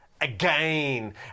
again